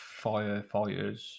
firefighters